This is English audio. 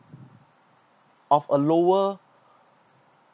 of a lower